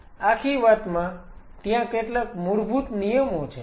આખી વાતમાં ત્યાં કેટલાક મૂળભૂત નિયમો છે